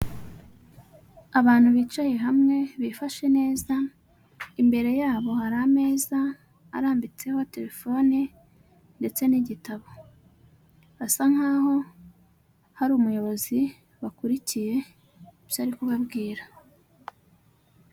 Abantu bicaye hamwe bifashe neza, imbere yabo hari ameza arambitseho terefone ndetse n'igitabo, basa nk'aho hari umuyobozi bakurikiye ibyo ari kubabwira.